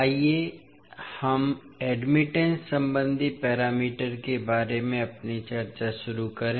आइए हम एडमिटेंस संबंधी पैरामीटर के बारे में अपनी चर्चा शुरू करें